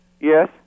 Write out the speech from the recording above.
Yes